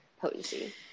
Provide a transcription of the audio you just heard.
potency